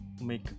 make